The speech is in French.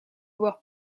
voir